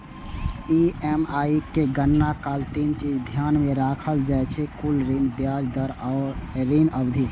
EMI के गणना काल तीन चीज ध्यान मे राखल जाइ छै, कुल ऋण, ब्याज दर आ ऋण अवधि